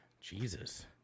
Jesus